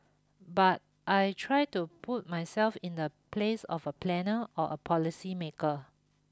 but I try to put myself in the place of a planner or a policy maker